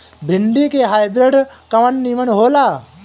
भिन्डी के हाइब्रिड कवन नीमन हो ला?